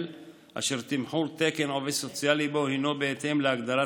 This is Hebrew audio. אשר תמחור תקן עובד סוציאלי בו הינו בהתאם להגדרת